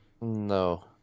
No